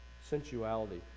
sensuality